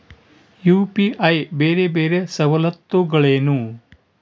UPI ಬೇರೆ ಬೇರೆ ಸವಲತ್ತುಗಳೇನು?